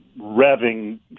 revving